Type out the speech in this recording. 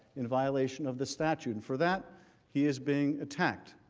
in violation of the statute. and for that he is being attacked.